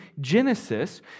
Genesis